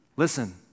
Listen